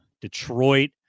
Detroit